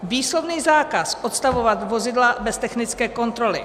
Výslovný zákaz odstavovat vozidla bez technické kontroly.